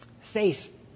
Faith